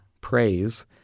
praise